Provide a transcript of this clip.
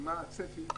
ומה הצפי,